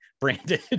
branded